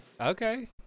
Okay